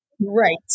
Right